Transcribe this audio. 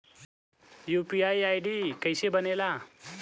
UPI ID कैसे बनेला?